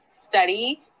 study